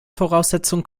voraussetzung